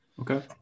Okay